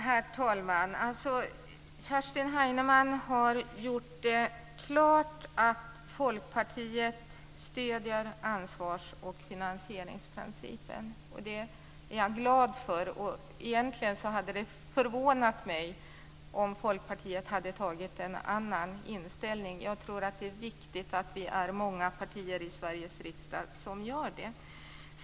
Herr talman! Kerstin Heinemann har gjort klart att Folkpartiet stöder ansvars och finansieringsprincipen. Det är jag glad över, och egentligen hade det förvånat mig om Folkpartiet hade intagit en annan hållning. Jag tror att det är viktigt att vi är många partier i Sveriges riksdag som stöder den principen.